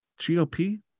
gop